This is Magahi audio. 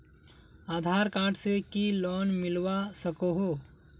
आधार कार्ड से की लोन मिलवा सकोहो?